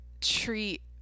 treat